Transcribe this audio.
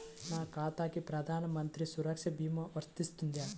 నా ఖాతాకి ప్రధాన మంత్రి సురక్ష భీమా వర్తిస్తుందా?